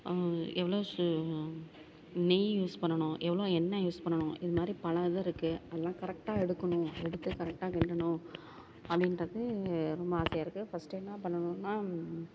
எவ்வளோ சு நெய் யூஸ் பண்ணணும் எவ்வளோ எண்ணெய் யூஸ் பண்ணணும் இது மாதிரி பல இது இருக்குது அதெல்லாம் கரெக்டாக எடுக்கணும் எடுத்து கரெக்டாக கிண்டணும் அப்படின்றது ரொம்ப ஆசையாக இருக்குது ஃபஸ்ட்டு என்ன பண்ணணும்னா